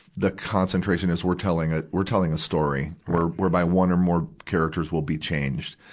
the concentration is we're telling a, we're telling a story, where, whereby one or more characters will be changed.